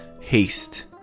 haste